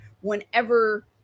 whenever